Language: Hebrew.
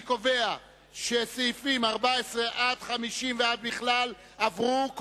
אני קובע שסעיפים 14 50 ועד בכלל עברו,